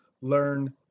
learn